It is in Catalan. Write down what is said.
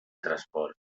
transport